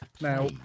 Now